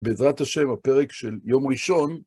בעזרת ה' הפרק של יום ראשון,